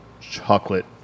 chocolate